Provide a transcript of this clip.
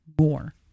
more